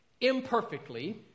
imperfectly